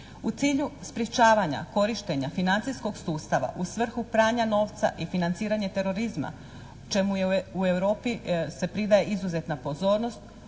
U cilju sprječavanja korištenja financijskog sustava u svrhu pranja novca i financiranje terorizma čemu je u Europi se pridaje izuzetna pozornost